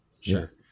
Sure